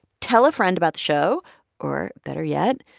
tell a friend about the show or better yet,